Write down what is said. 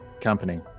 company